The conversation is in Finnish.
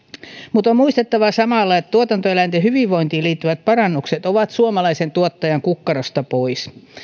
mutta on muistettava samalla että tuotantoeläinten hyvinvointiin liittyvät parannukset ovat suomalaisen tuottajan kukkarosta pois